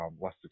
less